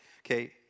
Okay